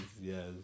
yes